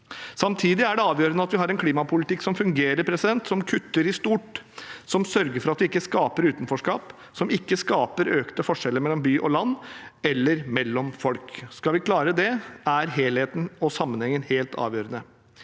Samtidig er det avgjørende at vi har en klimapolitikk som fungerer, som kutter i stort, som sørger for at vi ikke skaper utenforskap, og som ikke skaper økte forskjeller mellom by og land eller mellom folk. Skal vi klare det, er helheten og sammenhengen helt avgjørende.